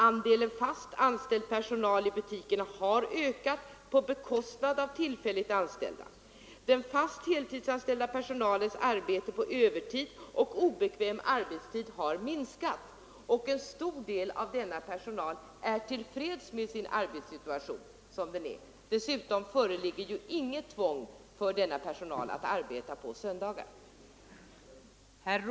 Andelen fast anställd personal i butikerna har ökat på bekostnad av tillfälligt anställda. Den fast heltidsanställda personalens arbete på övertid och obekväm arbetstid har minskat, och en stor del av denna personal är till freds med sin arbetssituation som den är. Dessutom föreligger ju inget tvång för denna personal att arbeta på söndagar.